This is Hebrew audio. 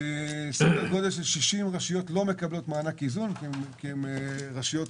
סדר גודל של 60 רשויות לא מקבלות מענק איזון כי הן חזקות,